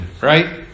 Right